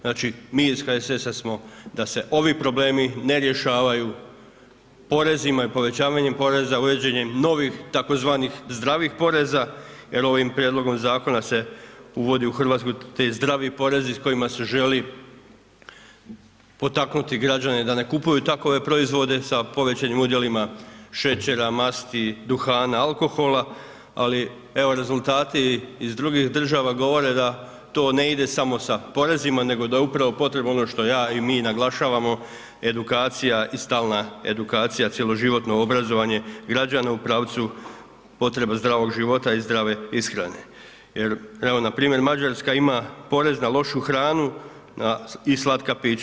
Znači, mi iz HSS-a smo da se ovi problem ne rješavaju porezima i povećavanjem poreza uvođenjem novih tzv. zdravih poreza jer ovih prijedlogom zakona se uvode u Hrvatsku ti zdravi porezi s kojima se želi potaknuti građane da ne kupuje takve proizvode sa povećanim udjelima šećera, masti, duhana, alkohola ali evo rezultati iz drugih država govore da to ne ide samo sa porezima nego da je upravo potrebno što ja i mi naglašavamo, edukacija i stalna edukacija, cjeloživotno obrazovanje građana u pravcu potreba zdravog života i zdrave ishrane jer evo. npr. Mađarska ima porez na lošu hranu i slatka pića.